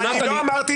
אתה ממציא